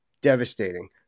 devastating